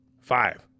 five